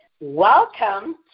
Welcome